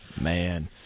Man